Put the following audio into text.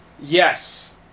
Yes